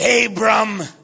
Abram